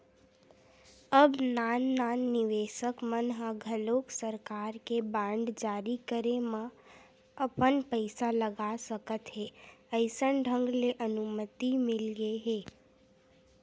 अब नान नान निवेसक मन ह घलोक सरकार के बांड जारी करे म अपन पइसा लगा सकत हे अइसन ढंग ले अनुमति मिलगे हे